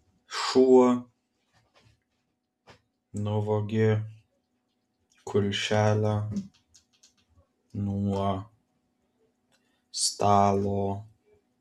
šuo nuvogė kulšelę nuo stalo